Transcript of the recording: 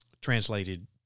translated